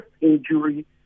injury